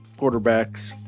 quarterbacks